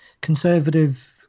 conservative